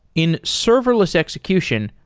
in serverless execution,